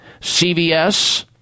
CVS